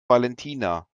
valentina